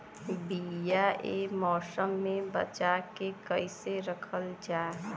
बीया ए मौसम में बचा के कइसे रखल जा?